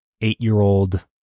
eight-year-old